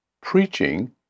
preaching